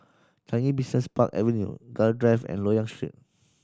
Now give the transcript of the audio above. Changi Business Park Avenue Gul Drive and Loyang Street